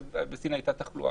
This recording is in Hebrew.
אז בסין הייתה תחלואה.